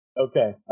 Okay